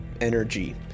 energy